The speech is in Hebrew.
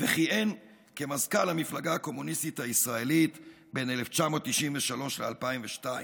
וכיהן כמזכ"ל המפלגה הקומוניסטית הישראלית בין 1993 ל-2002.